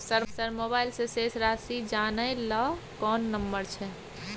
Sir mobile से शेस राशि जानय ल कोन नंबर छै?